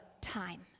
time